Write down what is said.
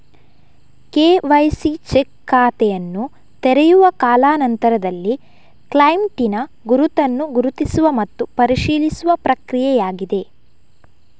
KYC check ಖಾತೆಯನ್ನು ತೆರೆಯುವ ಕಾಲಾ ನಂತರದಲ್ಲಿ ಕ್ಲೈಂಟಿನ ಗುರುತನ್ನು ಗುರುತಿಸುವ ಮತ್ತು ಪರಿಶೀಲಿಸುವ ಪ್ರಕ್ರಿಯೆಯಾಗಿದೆ